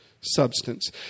substance